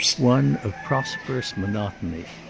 one of prosperous monotony.